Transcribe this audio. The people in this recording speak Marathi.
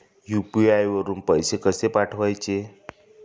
यु.पी.आय वरून पैसे कसे पाठवायचे?